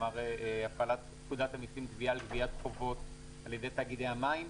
הפעלת פקודת המסים (גבייה) לגביית חובות על ידי תאגידי המים,